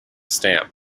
stamp